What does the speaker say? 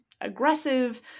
aggressive